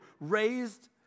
raised